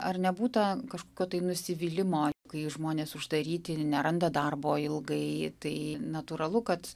ar nebūta kažkokio tai nusivylimo kai žmonės uždaryti ir neranda darbo ilgai tai natūralu kad